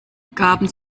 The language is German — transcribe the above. gaben